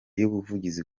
y’ubuvuzi